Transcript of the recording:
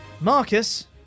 Marcus